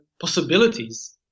possibilities